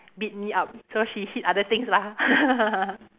beat me up so she hit other things lah